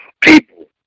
People